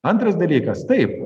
antras dalykas taip